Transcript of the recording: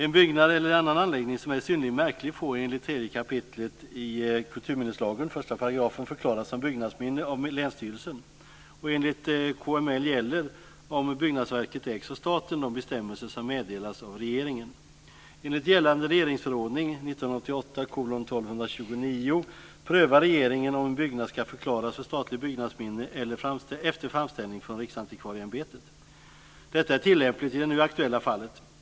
En byggnad eller annan anläggning som är synnerligen märklig får enligt 3 kap. 1 § i kulturminneslagen förklaras som byggnadsminne av länsstyrelsen. Enligt KML gäller om byggnadsverket ägs av staten de bestämmelser som meddelas av regeringen. Enligt gällande regeringsförordning, 1988:1229, prövar regeringen om en byggnad ska förklaras för statligt byggnadsminne efter framställning från Riksantikvarieämbetet. Detta är tillämpligt i det nu aktuella fallet.